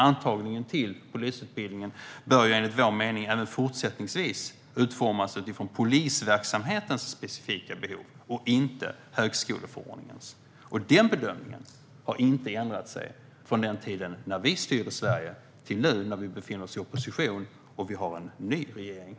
Antagningen till polisutbildningen bör enligt vår mening även fortsättningsvis utformas utifrån polisverksamhetens specifika behov och inte utifrån högskoleförordningen. Den bedömningen har inte ändrats från den tiden då vi styrde Sverige till nu när vi befinner oss i opposition och landet har en ny regering.